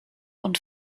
und